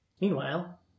Meanwhile